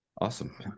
Awesome